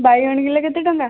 ବାଇଗଣ କିଲୋ କେତେ ଟଙ୍କା